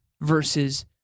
versus